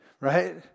right